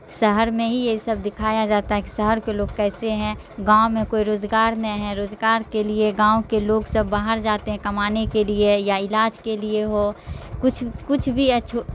شہر میں ہی یہ سب دکھایا جاتا ہے کہ شہر کے لوگ کیسے ہیں گاؤں میں کوئی روزگار نہیں ہے روزگار کے لیے گاؤں کے لوگ سب باہر جاتے ہیں کمانے کے لیے یا علاج کے لیے ہو کچھ کچھ بھی اچھو